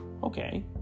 okay